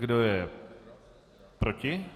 Kdo je proti?